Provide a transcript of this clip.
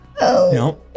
No